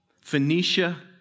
Phoenicia